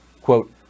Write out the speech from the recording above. Quote